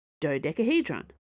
Dodecahedron